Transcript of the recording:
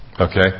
Okay